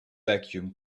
vacuum